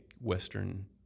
Western